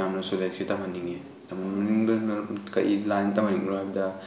ꯌꯥꯝꯅꯁꯨ ꯂꯥꯏꯔꯤꯛꯁꯤ ꯇꯝꯍꯟꯅꯤꯡꯉꯤ ꯇꯝꯍꯟꯅꯤꯡꯕꯩ ꯃꯔꯝ ꯀꯔꯤ ꯂꯥꯏꯟꯗ ꯇꯝꯍꯟꯅꯤꯡꯕꯅꯣ ꯍꯥꯏꯕꯗ